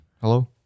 Hello